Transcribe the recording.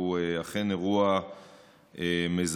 הוא אכן אירוע מזעזע,